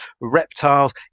reptiles